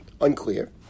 Unclear